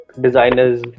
designers